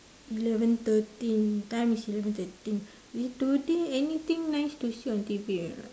eleven thirteen time is eleven thirteen today anything nice to see on T_V or not